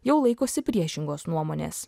jau laikosi priešingos nuomonės